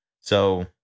So-